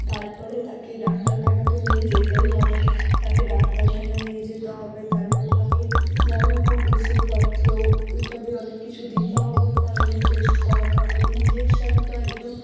তারপরে তাকে ডাক্তারখানাতে নিয়ে যেতেই হবে তাকে ডাক্তারখানা নিয়ে যেতে হবে তারপর তাকে নানা রকম ওষুধপত্র ইত্যাদি অনেক কিছু দিতে হবে তার অনেক টেস্ট করাতে হবে ইঞ্জেকশন তো একদম